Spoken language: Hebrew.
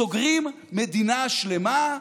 סוגרים מדינה שלמה,